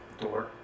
door